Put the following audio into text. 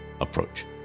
approach